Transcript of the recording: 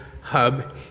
hub